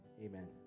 Amen